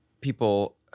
People